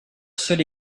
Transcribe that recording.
seule